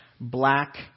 black